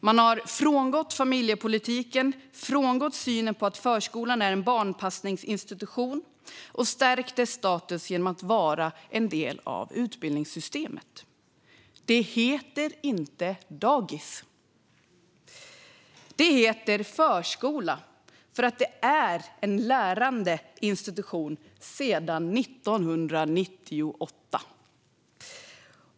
Man har frångått familjepolitiken och synen på att förskolan är en barnpassningsinstitution. Man har stärkt förskolans status genom att den är en del av utbildningssystemet. Det heter inte dagis. Det heter förskola, för det är en lärande institution sedan 1998.